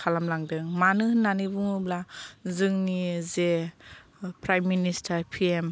खालामलांदों मानो होननानै बुङोब्ला जोंनि जे प्राइम मिनिस्टार पि एम